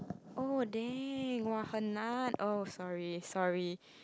oh dang [wah] hen nan oh sorry sorry